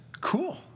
cool